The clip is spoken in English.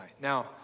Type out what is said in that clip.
Now